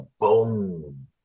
boom